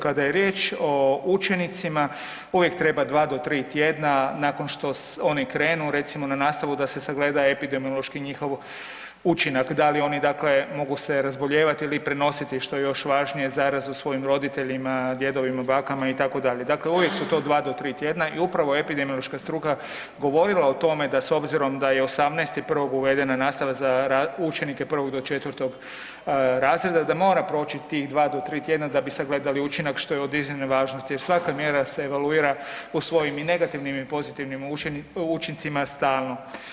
Kada je riječ o učenicima uvijek treba 2 do 3 tjedna nakon što oni krenu recimo na nastavu da se sagleda epidemiološki njihov učinak, da li oni dakle mogu se razbolijevati ili prenositi, što je još važnije, zarazu svojim roditeljima, djedovima, bakama itd., dakle uvijek su to 2 do 3 tjedna i upravo je epidemiološka struka govorila o tome da s obzirom da je 18.1. uvedena nastava za učenike od 1. do 4. razreda da mora proći tih 2 do 3 tjedna da bi sagledali učinak što je od iznimne važnosti jer svaka mjera se evaluira u svojim i negativnim i pozitivnim učincima stalno.